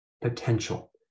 potential